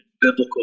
biblical